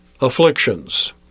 afflictions